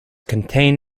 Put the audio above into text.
contain